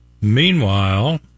Meanwhile